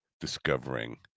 discovering